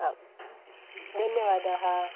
आम् धन्यवादाः